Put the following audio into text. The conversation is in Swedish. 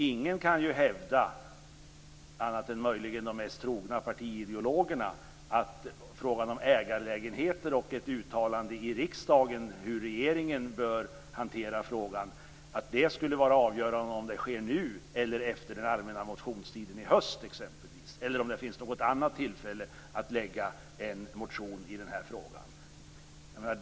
Ingen kan ju hävda, annat än möjligen de mest trogna partiideologerna, att det för frågan om ägarlägenheter och ett uttalande i riksdagen om hur regeringen bör hantera frågan skulle vara avgörande om det sker nu eller exempelvis efter den allmänna motionstiden i höst - eller om det finns något annat tillfälle att lägga fram en motion i den här frågan.